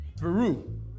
Peru